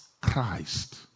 Christ